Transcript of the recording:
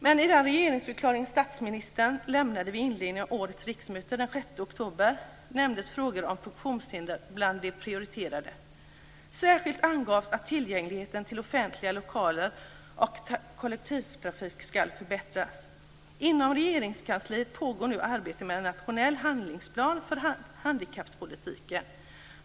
Men i den regeringsförklaring som statsministern lämnade vid inledningen av årets riksmöte den 6 oktober nämndes frågor om funktionshinder bland de prioriterade. Särskilt angavs att tillgängligheten till offentliga lokaler och kollektivtrafik skall förbättras. Inom Regeringskansliet pågår nu ett arbete med en nationell handlingsplan för handikappolitiken.